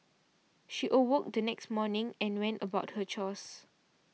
she awoke the next morning and went about her chores